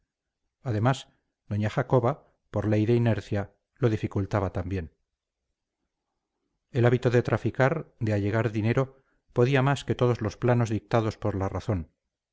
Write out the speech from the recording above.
además doña jacoba por ley de inercia lo dificultaba también el hábito de traficar de allegar dinero podía más que todos los planos dictados por la razón